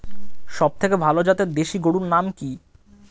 সবথেকে ভালো জাতের দেশি গরুর নাম কি?